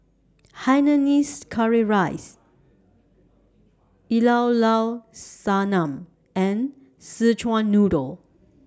Hainanese Curry Rice Llao Llao Sanum and Szechuan Noodle